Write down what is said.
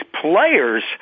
players